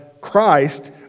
Christ